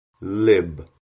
lib